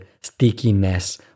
stickiness